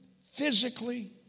physically